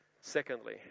secondly